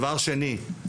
דבר שני,